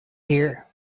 here